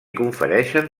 confereixen